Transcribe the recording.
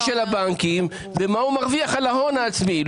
של הבנקים וכמה הם מרוויחים על ההון העצמי.